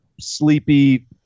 sleepy